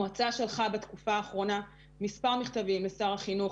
המועצה שלחה בתקופה האחרונה מספר מכתבים לשר החינוך,